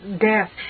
death